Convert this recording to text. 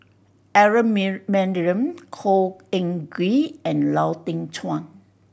Aaron Maniam Khor Ean Ghee and Lau Teng Chuan